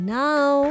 now